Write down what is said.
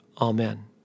Amen